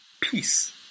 Peace